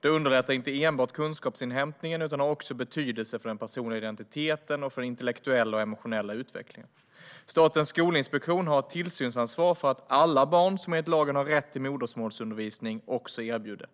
Det underlättar inte enbart kunskapsinhämtningen utan har också betydelse för den personliga identiteten och för den intellektuella och emotionella utvecklingen. Statens skolinspektion har ett tillsynsansvar för att alla barn som enligt lagen har rätt till modersmålsundervisning också erbjuds det.